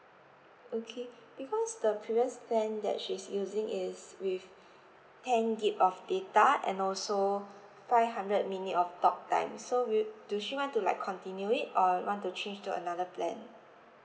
okay because the previous plan that she's using is with ten G_B of data and also five hundred minute of talk time so will do she want to like continue it or want to change to another plan